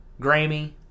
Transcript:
Grammy